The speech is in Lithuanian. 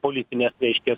politinės reiškias